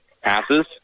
passes